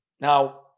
now